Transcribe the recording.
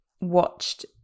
watched